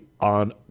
on